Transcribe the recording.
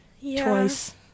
twice